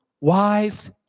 wise